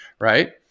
right